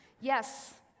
Yes